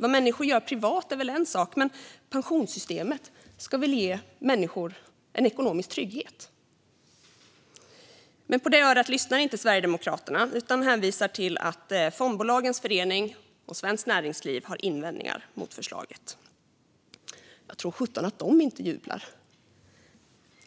Vad människor gör privat är väl en sak. Men pensionssystemet ska väl ge människor en ekonomisk trygghet? Men på det örat lyssnar inte Sverigedemokraterna, utan det hänvisar till att Fondbolagens förening och Svenskt Näringsliv har invändningar mot förslaget. Tror sjutton att de inte jublar!